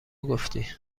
گفتی